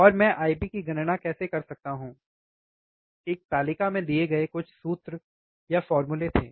और मैं IB की गणना कैसे कर सकता हूं एक तालिका में दिए गए कुछ सूत्र थे